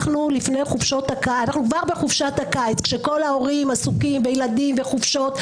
אנחנו כבר בחופשת הקיץ כשכל ההורים עסוקים עם הילדים והחופשות.